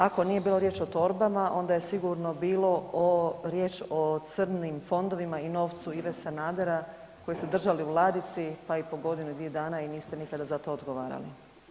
Ako nije bilo riječ o torbama onda je sigurno bilo o, riječ o crnim fondovima i novcu Ive Sanadera koji ste držali u ladici, pa i po godinu i dvije dana i niste nikada za to odgovarali.